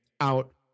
out